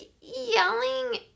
yelling